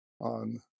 on